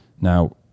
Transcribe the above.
Now